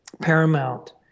Paramount